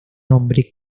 hombre